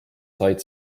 said